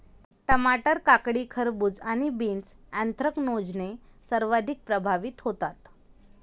टमाटर, काकडी, खरबूज आणि बीन्स ऍन्थ्रॅकनोजने सर्वाधिक प्रभावित होतात